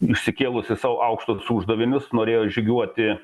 išsikėlusi sau aukštus uždavinius norėjo žygiuoti